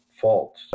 false